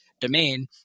domain